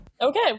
Okay